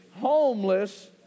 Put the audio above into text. Homeless